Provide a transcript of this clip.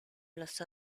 los